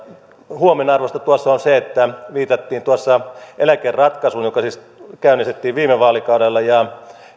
huomionarvoista tuossa on se että viitattiin eläkeratkaisuun joka siis käynnistettiin viime vaalikaudella ja